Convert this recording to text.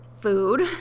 food